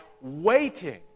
waiting